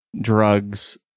drugs